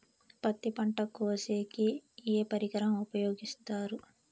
పత్తి పంట కోసేకి ఏ పరికరం ఉపయోగిస్తారు?